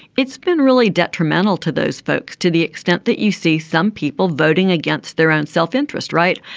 it's been really detrimental to those folks to the extent that you see some people voting against their own self-interest right.